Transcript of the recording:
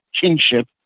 kinship